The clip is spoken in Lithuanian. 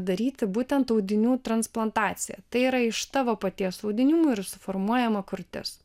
daryti būtent audinių transplantaciją tai yra iš tavo paties audinių ir suformuojama krūtis